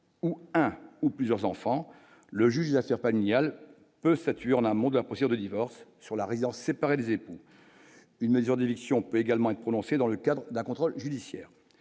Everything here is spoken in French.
et. Un ou plusieurs enfants, le juge d'affaire Pagnol statue en amont de la poussière de divorce sur la résidence séparée des époux une mesure d'éviction peut également être prononcées dans le cadre d'un contrôle judiciaire